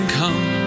come